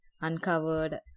uncovered